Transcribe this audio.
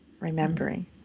remembering